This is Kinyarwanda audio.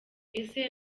ese